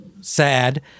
sad